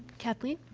kathleen?